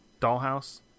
dollhouse